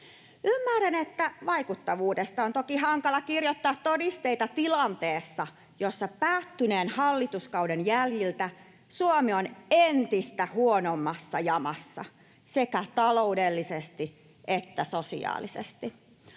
Ymmärrän, että vaikuttavuudesta on toki hankala kirjoittaa todisteita tilanteessa, jossa päättyneen hallituskauden jäljiltä Suomi on entistä huonommassa jamassa sekä taloudellisesti että sosiaalisesti.